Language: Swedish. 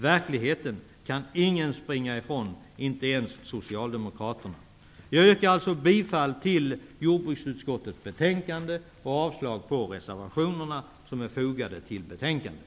Verkligheten kan ingen springa ifrån, inte ens Jag yrkar alltså bifall till hemställan i jordbruksutskottets betänkande och avslag på reservationerna som är fogade till betänkandet.